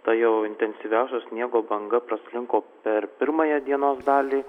tai jau intensyviausio sniego banga praslinko per pirmąją dienos dalį